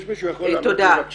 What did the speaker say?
יש מישהו שיכול לענות לי בבקשה?